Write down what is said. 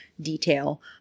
detail